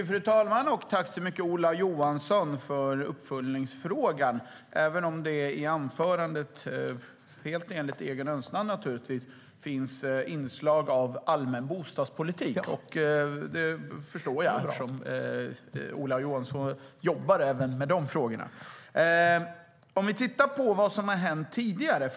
Fru talman! Tack så mycket, Ola Johansson, för uppföljningsfrågan, även om det i anförandet, naturligtvis helt enligt egen önskan, finns inslag av allmän bostadspolitik. Det förstår jag, eftersom Ola Johansson jobbar även med de frågorna. Vi kan titta på vad som har hänt tidigare.